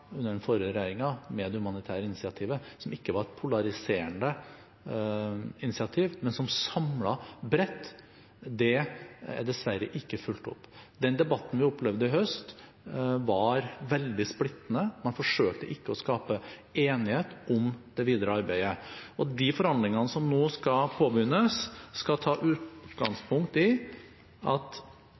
under den forrige regjeringen, med det humanitære initiativet, som ikke var et polariserende initiativ, men som samlet bredt, er dessverre ikke fulgt opp. Den debatten vi opplevde i høst, var veldig splittende. Man forsøkte ikke å skape enighet om det videre arbeidet. De forhandlingene som nå skal påbegynnes, skal ta utgangspunkt i: